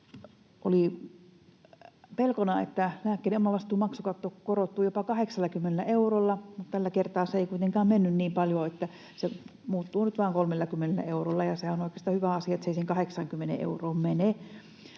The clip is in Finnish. oli pelkona, että lääkkeiden omavastuumaksukatto korottuu jopa 80 eurolla. Tällä kertaa se ei kuitenkaan mennyt niin paljon. Se muuttuu nyt vain 30 eurolla, ja sehän on oikeastaan hyvä asia, että se ei siihen 80 euroon mene.